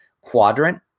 quadrant